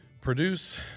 produce